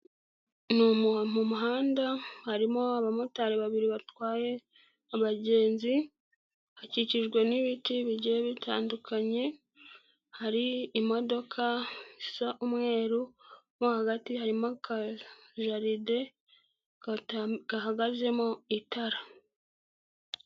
Ni mu.. muhanda harimo abamotari babiri batwaye abagenzi, hakikijwe n'ibiti bigiye bitandukanye, hari imodoka isa umweru, mo hagati harimo akajaride gahagazemo itara.